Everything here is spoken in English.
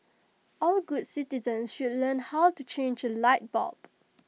all good citizens should learn how to change A light bulb